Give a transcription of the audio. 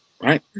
Right